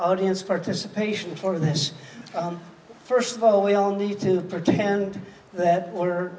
audience participation for this first of all we all need to pretend that